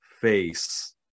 face